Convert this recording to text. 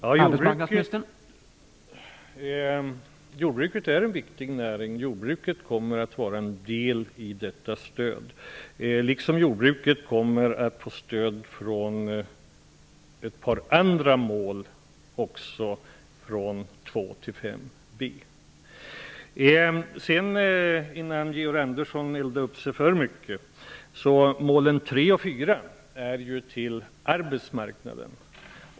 Herr talman! Jordbruket är en viktig näring. Jordbruket kommer att ingå som en del för detta stöd. Jordbruket kommer också att få stöd från medel som avser ett par andra mål -- av målen 2-- Innan Georg Andersson eldar upp sig alltför mycket vill jag säga att målen 3 och 4 omfattar arbetsmarknaden.